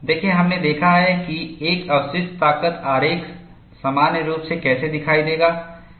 देखें हमने देखा है कि एक अवशिष्ट ताकत आरेख सामान्य रूप से कैसा दिखाई देगा